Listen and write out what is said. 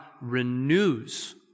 renews